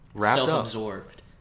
self-absorbed